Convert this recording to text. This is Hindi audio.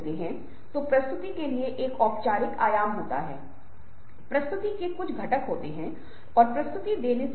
समय के हर अंक पर हम विज़ुअल्स का उपयोग कर मध्यस्थता करने के लिए अपने जीवन में विज़ुअल्स को सम्मिलित करना करते हैं